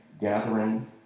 gathering